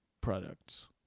products